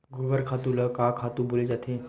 गोबर खातु ल का खातु बोले जाथे?